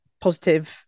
positive